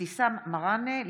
אבתיסאם מראענה,